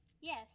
yes